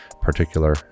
particular